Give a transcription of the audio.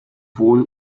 wohl